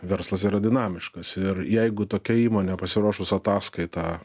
verslas yra dinamiškas ir jeigu tokia įmonė pasiruošus ataskaitą